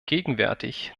gegenwärtig